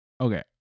Okay